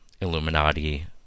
Illuminati